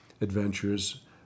adventures